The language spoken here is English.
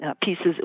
pieces